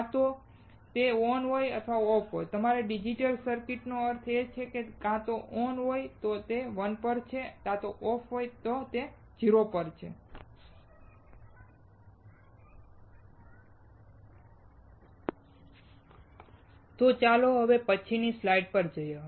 કાં તો તે ઓન છે અથવા તે ઓફ છે તે તમારા ડિજિટલ સર્કિટનો અર્થ છે કાં તો તે ઓન છે તે 1 પર છે અને તે ઓફ છે તે 0 પર છે તો ચાલો હવે પછીની સ્લાઈડ પર જઈએ